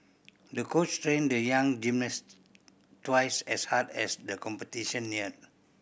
the coach trained the young gymnast twice as hard as the competition neared